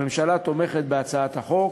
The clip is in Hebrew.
הממשלה תומכת בהצעת החוק.